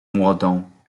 młodą